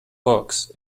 books